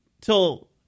till